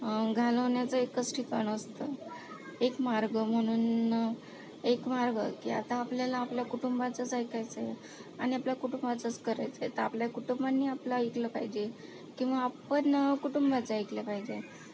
घालवण्याचं एकच ठिकाण असतं एक मार्ग म्हणून एक मार्ग की आता आपल्याला आपल्या कुटुंबाचंच ऐकायचं आहे आणि आपल्या कुटुंबाचंच करायचं आहे तर आपल्या कुटुंबाने आपलं ऐकलं पाहिजे किंवा आपण कुटुंबाचं ऐकलं पाहिजे